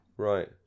Right